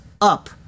up